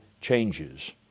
changes